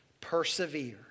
persevere